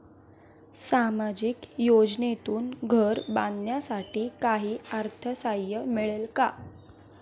सामाजिक योजनेतून घर बांधण्यासाठी काही अर्थसहाय्य मिळेल का?